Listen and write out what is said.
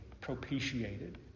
propitiated